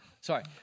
Sorry